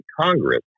Congress